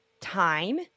time